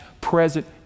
present